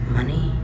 Money